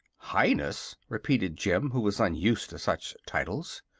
highness! repeated jim, who was unused to such titles.